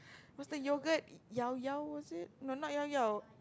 what's the yoghurt Llao Llao was it no not Llao Llao